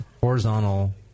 horizontal